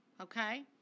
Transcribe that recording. okay